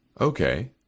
Okay